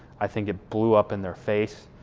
i think it blew up in their face,